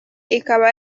ikaba